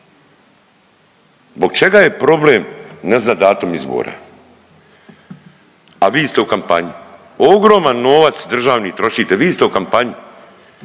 Zbog čega je problem ne znat datum izbora, a vi ste u kampanji? Ogroman novac državni trošite, vi ste u kampanji.